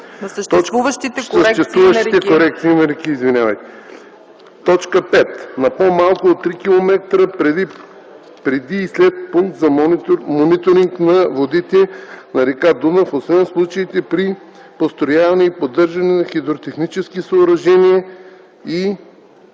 на съществуващите корекции на реки; 5. на по-малко от 3 км преди и след пункт за мониторинг на водите на р. Дунав, освен в случаите при построяване и поддържане на хидротехнически съоръжения и